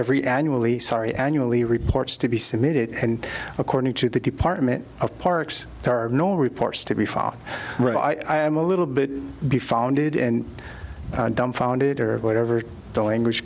every annually sorry annually reports to be submitted and according to the department of parks there are no reports to be fought i am a little bit be founded and dumbfounded or whatever the language